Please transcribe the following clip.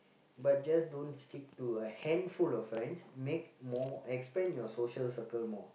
but just don't stick to a handful of friends make more expand your social circle more